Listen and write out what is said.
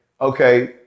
okay